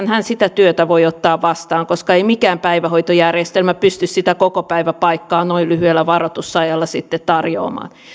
hän sitä työtä voi ottaa vastaan koska ei mikään päivähoitojärjestelmä pysty sitä kokopäiväpaikkaa noin lyhyellä varoitusajalla sitten tarjoamaan